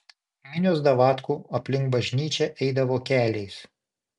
minios davatkų aplink bažnyčią eidavo keliais